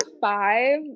five